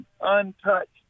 untouched